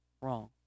wrong